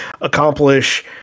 accomplish